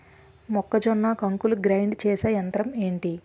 మొక్కజొన్న కంకులు గ్రైండ్ చేసే యంత్రం ఏంటి?